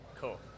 cool